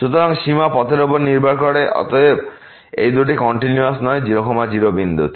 সুতরাং সীমা পথের উপর নির্ভর করে এবং অতএব এই দুটি কন্টিনিউয়াস নয় 0 0 বিন্দুতে